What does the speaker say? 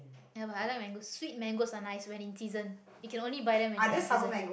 ya but I like mangoes sweet mangoes are nice when in season you can only buy them when they are in season